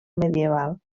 medieval